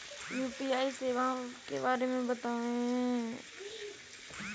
UPI सेवाओं के बारे में बताएँ?